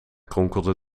kronkelde